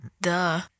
duh